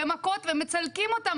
במכות ומצלקים אותם.